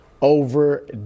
over